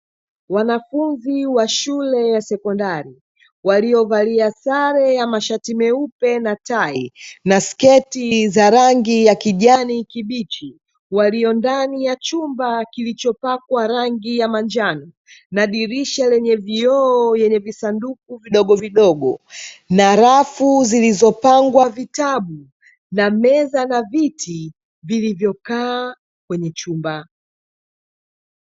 Wanafunzi wa shule ya sekondari waliovalia sare ya mashati meupe na tai na sketi za rangi ya kijani kibichi walio ndani ya chumba kilichopakwa rangi ya manjano na dirirsha lenye vioo lenye visanduku vidogo vidogo na rafu zilizopangwa vitabu na meza na viti vilivyokaa kwenye chumba.